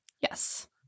Yes